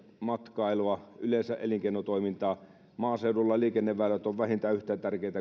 matkailua yleensä elinkeinotoimintaa maaseudulla liikenneväylät ovat vähintään yhtä tärkeitä